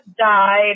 died